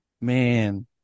man